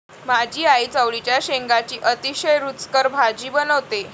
माझी आई चवळीच्या शेंगांची अतिशय रुचकर भाजी बनवते